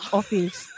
office